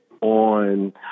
on